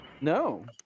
No